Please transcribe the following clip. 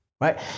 right